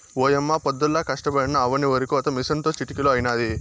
ఓయమ్మ పొద్దుల్లా కష్టపడినా అవ్వని ఒరికోత మిసనుతో చిటికలో అయినాది